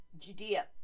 Judea